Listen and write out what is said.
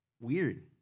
Weird